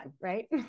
right